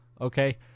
Okay